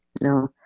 no